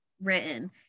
written